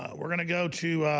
ah we're gonna go to